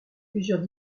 plusieurs